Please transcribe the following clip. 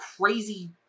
crazy